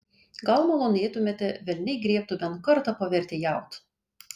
gal malonėtumėte velniai griebtų bent kartą pavertėjaut